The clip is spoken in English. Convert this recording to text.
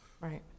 Right